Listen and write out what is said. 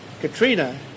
Katrina